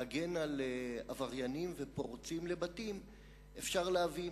להגן על עבריינים ופורצים לבתים אפשר להבין